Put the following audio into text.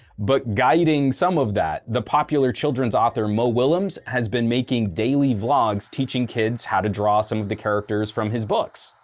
but guiding some of that, the popular childrens author mo willems has been making daily vlogs teaching kids how to draw some of the characters from his books.